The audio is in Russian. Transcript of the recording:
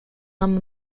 нам